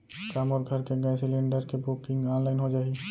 का मोर घर के गैस सिलेंडर के बुकिंग ऑनलाइन हो जाही?